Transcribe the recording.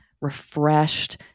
refreshed